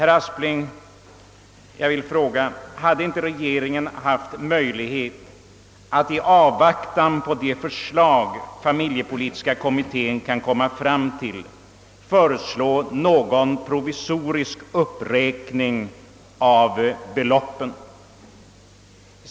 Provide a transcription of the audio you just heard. Jag frågar statsrådet Aspling: Hade inte regeringen haft möjlighet att i avvaktan på de förslag familjepolitiska kommittén kan komma att lägga fram föreslå någon provisorisk uppräkning av beloppen?